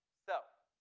so,